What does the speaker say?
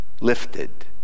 lifted